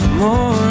more